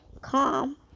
Calm